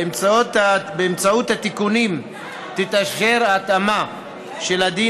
באמצעות התיקונים תתאפשר התאמה של הדין